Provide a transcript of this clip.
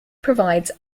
provides